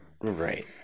Right